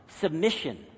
submission